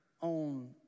on